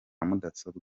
mudasobwa